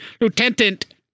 Lieutenant